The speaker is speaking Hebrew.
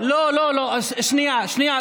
לא לא לא, שנייה.